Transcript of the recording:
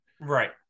Right